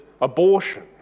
abortion